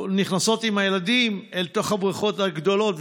נכנסות עם הילדים אל תוך הבריכות הגדולות,